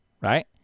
right